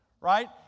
right